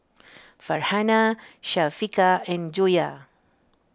Farhanah Syafiqah and Joyah